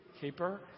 keeper